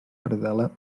predel·la